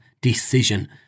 decision